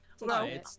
No